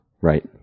right